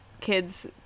kids